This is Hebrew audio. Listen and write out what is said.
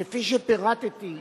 כפי שפירטתי,